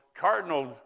cardinal